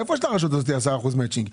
מאיפה יש לרשות הזאת 10% מצ'ינג?